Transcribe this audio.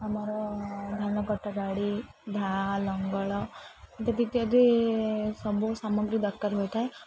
ଆମର ଧାନ କଟା ଗାଡ଼ି ଦା ଲଙ୍ଗଳ ଇତ୍ୟାଦି ଇତ୍ୟାଦି ସବୁ ସାମଗ୍ରୀ ଦରକାର ହୋଇଥାଏ